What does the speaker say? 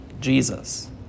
Jesus